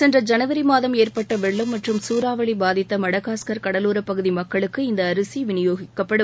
சென்ற ஜனவரி மாதம் ஏற்பட்ட வெள்ளம் மற்றும் சூறாவளி பாதித்த மடகாஸ்கர் கடவோரப் பகுதி மக்களுக்கு இந்த அரிசி விநியோகிக்கப்படும்